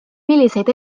milliseid